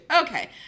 Okay